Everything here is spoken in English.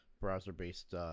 browser-based